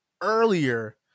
earlier